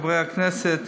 חברי הכנסת,